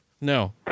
No